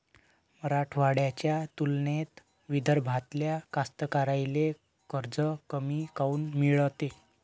मराठवाड्याच्या तुलनेत विदर्भातल्या कास्तकाराइले कर्ज कमी काऊन मिळते?